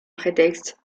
prétexte